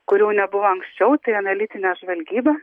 kurių nebuvo anksčiau tai analitinė žvalgyba